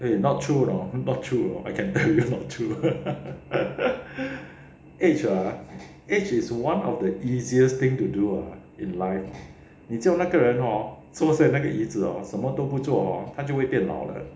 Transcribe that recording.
eh not true you know not true I can say that it's not true age ah age is one of the easiest thing to do in life 你叫那个人 hor 坐在那个椅子 hor 什么都不做 hor 他就会变老的